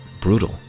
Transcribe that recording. brutal